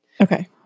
Okay